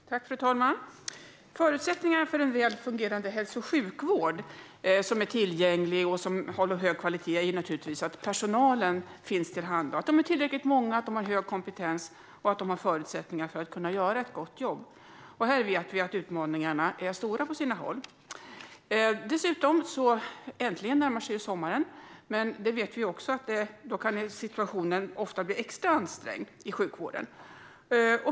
Fru talman! Förutsättningar för en väl fungerande hälso och sjukvård som är tillgänglig och håller hög kvalitet är att personalen finns till hands, att de är tillräckligt många och att de har hög kompetens och förutsättningar för att kunna göra ett gott jobb. Här vet vi att utmaningarna är stora på sina håll. Dessutom närmar sig sommaren - äntligen. Men vi vet att situationen i sjukvården ofta kan bli extra ansträngd då.